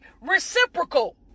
reciprocal